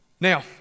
Now